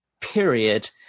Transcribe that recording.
period